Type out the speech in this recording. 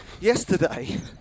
yesterday